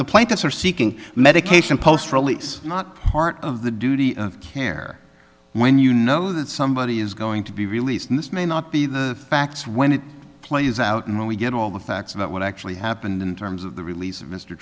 the plaintiffs are seeking medication post release not part of the duty of care when you know that somebody is going to be released this may not be the facts when it plays out and when we get all the facts about what actually happened in terms of the release of mr